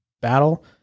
battle